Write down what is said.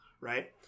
right